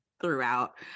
throughout